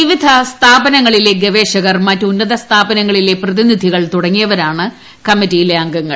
വിവിധ സ്ഥാപനങ്ങളിലെ ഗവേഷകർ മറ്റ് ഉന്നത സ്ഥാപനങ്ങളിലെ പ്രതിനിധികൾ തുടങ്ങിയവരാണ് കമ്മിറ്റിയിലെ അംഗങ്ങൾ